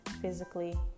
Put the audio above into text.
physically